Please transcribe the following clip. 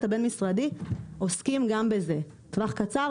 הבין משרדי עוסקים גם בזה לטווח קצר,